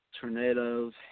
tornadoes